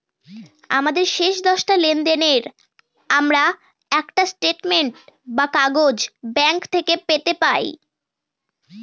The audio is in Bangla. আমাদের শেষ দশটা লেনদেনের আমরা একটা স্টেটমেন্ট বা কাগজ ব্যাঙ্ক থেকে পেতে পাই